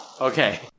Okay